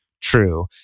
true